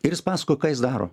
ir pasakojo ką jis daro